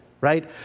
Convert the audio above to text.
right